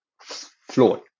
flawed